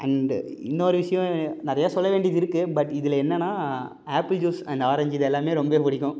and இன்னோரு விஷயோம் நிறையா சொல்ல வேண்டியது இருக்குது பட் இதில் என்னனா ஆப்பிள் ஜூஸ் அண்ட் ஆரஞ்சு இதெல்லாமே ரொம்பவே பிடிக்கும்